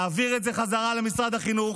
להעביר את זה בחזרה למשרד החינוך,